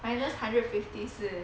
minus hundred fifty 是